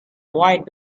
white